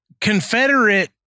Confederate